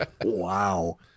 Wow